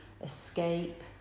escape